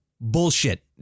bullshit